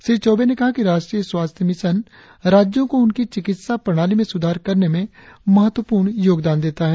श्री चौवे ने कहा कि राष्ट्रीय स्वास्थ्य मिशन राज्यों को उनकी चिकित्सा प्रणाली में सुधार करने में महत्वपूर्ण सहयोग देता है